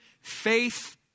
Faith